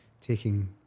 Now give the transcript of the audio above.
taking